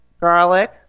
garlic